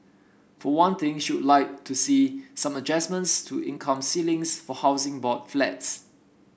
for one thing she would like to see some adjustments to income ceilings for Housing Board Flats